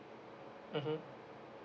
mmhmm